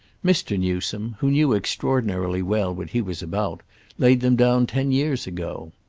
mr. newsome who knew extraordinarily well what he was about laid them down ten years ago.